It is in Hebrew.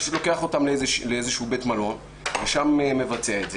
פשוט לוקח אותן לאיזשהו בית מלון ושם מבצע את זה.